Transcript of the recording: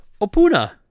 Opuna